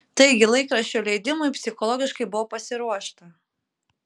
taigi laikraščio leidimui psichologiškai buvo pasiruošta